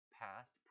past